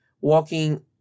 walking